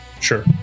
Sure